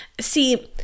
see